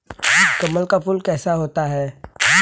कमल का फूल कैसा होता है?